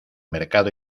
mercado